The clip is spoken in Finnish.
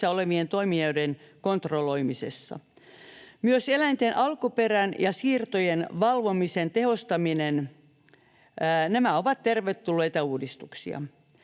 tekemisissä olevien toimijoiden kontrolloimisessa. Myös eläinten alkuperän ja siirtojen valvomisen tehostaminen on tervetullut uudistus.